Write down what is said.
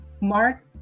mark